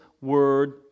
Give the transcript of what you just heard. word